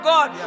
God